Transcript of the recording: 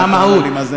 מה המהות?